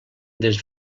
des